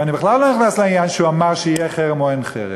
ואני בכלל לא נכנס לעניין שהוא אמר שיהיה חרם או אין חרם.